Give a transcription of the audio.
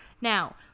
Now